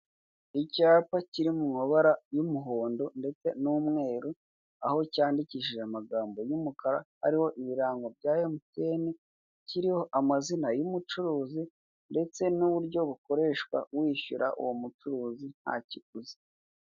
Icyapa kiri mu mabara y'umuhonda ndetse n'umweru aho cyandikishije amagambo y'umukara hariho ibirango bya MTN kiriho amazina y'umucuruzi ndetse n'uburyo wishyura uwo mucuruzi ntakiguzi.